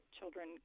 children